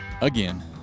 again